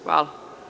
Hvala.